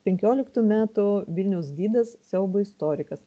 penkioliktų metų vilniaus gidas siaubo istorikas